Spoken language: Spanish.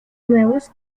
nuevos